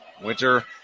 Winter